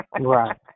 Right